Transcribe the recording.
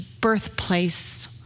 birthplace